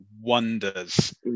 wonders